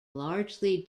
largely